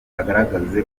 agaragaza